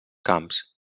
camps